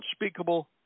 unspeakable